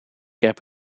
heb